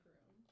Room